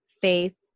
faith